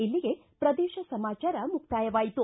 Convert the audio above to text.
ಇಲ್ಲಿಗೆ ಪ್ರದೇಶ ಸಮಾಚಾರ ಮುಕ್ತಾಯವಾಯಿತು